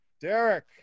Derek